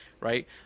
right